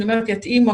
כשאני אומרת יתאימו,